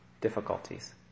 difficulties